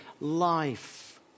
life